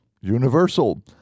universal